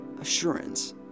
assurance